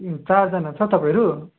चारजना छ तपाईँहरू